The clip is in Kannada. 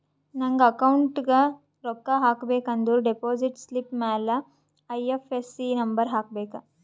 ನಂಗ್ ಅಕೌಂಟ್ಗ್ ರೊಕ್ಕಾ ಹಾಕಬೇಕ ಅಂದುರ್ ಡೆಪೋಸಿಟ್ ಸ್ಲಿಪ್ ಮ್ಯಾಲ ಐ.ಎಫ್.ಎಸ್.ಸಿ ನಂಬರ್ ಹಾಕಬೇಕ